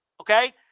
okay